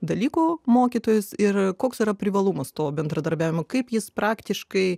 dalykų mokytojais ir koks yra privalumas to bendradarbiavimo kaip jis praktiškai